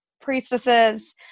priestesses